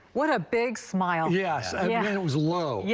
what a big smile. yeah so yeah and it was low. yeah